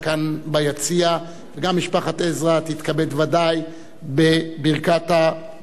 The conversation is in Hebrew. וגם משפחת עזרא תתכבד בוודאי בברכת ברוך הבא.